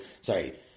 Sorry